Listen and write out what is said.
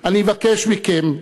אני מבקש מכם: